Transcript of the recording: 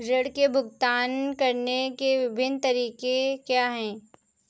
ऋृण के भुगतान करने के विभिन्न तरीके क्या हैं?